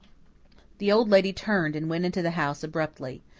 the old lady turned and went into the house abruptly.